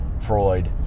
Freud